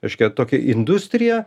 reiškia tokia industrija